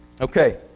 Okay